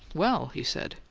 well! he said,